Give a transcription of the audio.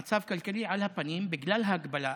המצב הכלכלי על הפנים בגלל ההגבלה.